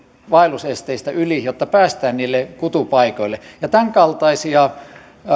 vaellusesteistä yli jotta päästään niille kutupaikoille tämän kaltaisia